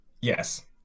Yes